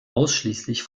ausschließlich